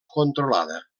controlada